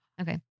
Okay